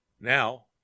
Now